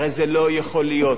הרי זה לא יכול להיות,